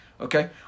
Okay